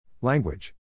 Language